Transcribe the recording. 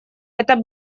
это